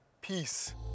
Peace